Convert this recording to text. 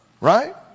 Right